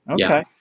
Okay